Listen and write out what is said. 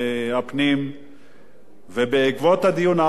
בעקבות הדיון האחרון הובטח שהסוגיה הזאת,